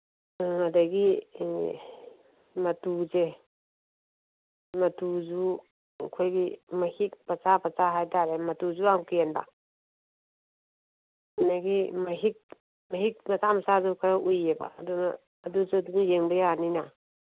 ꯑꯗꯒꯤ ꯃꯇꯨꯁꯦ ꯃꯇꯨꯁꯨ ꯑꯩꯈꯣꯏꯒꯤ ꯃꯍꯤꯛ ꯃꯆꯥ ꯃꯆꯥ ꯍꯥꯏ ꯇꯥꯔꯦ ꯃꯇꯨꯁꯨ ꯌꯥꯝ ꯀꯦꯟꯕ ꯑꯗꯒꯤ ꯃꯍꯤꯛ ꯃꯍꯤꯛ ꯃꯆꯥ ꯃꯆꯥꯁꯨ ꯈꯔ ꯎꯏꯌꯦꯕ ꯑꯗꯨꯅ ꯑꯗꯨꯁꯨ ꯑꯗꯨꯝ ꯌꯦꯡꯕ ꯌꯥꯅꯤꯅ